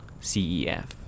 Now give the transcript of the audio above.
CEF